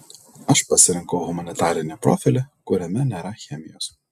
aš pasirinkau humanitarinį profilį kuriame nėra chemijos